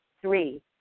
Three